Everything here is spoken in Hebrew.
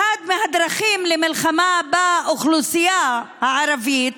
אחת מהדרכים למלחמה באוכלוסייה הערבית,